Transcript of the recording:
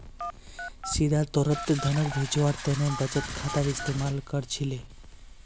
सीधा तौरत धनक भेजवार तने बचत खातार इस्तेमाल कर छिले